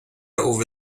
over